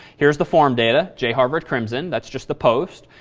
here's the form data, jharvard crimson. that's just the post.